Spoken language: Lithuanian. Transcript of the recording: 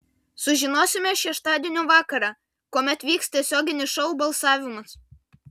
sužinosime šeštadienio vakarą kuomet vyks tiesioginis šou balsavimas